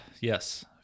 yes